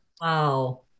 Wow